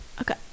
Okay